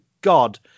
God